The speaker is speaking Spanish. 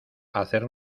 hacer